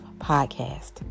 Podcast